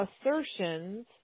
Assertions